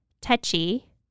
touchy